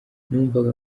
numvaga